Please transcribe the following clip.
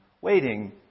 waiting